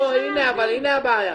אבל הנה הבעיה.